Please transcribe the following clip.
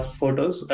photos